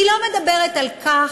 היא לא מדברת על כך,